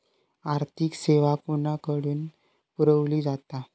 आर्थिक सेवा कोणाकडन पुरविली जाता?